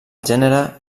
gènere